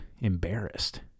embarrassed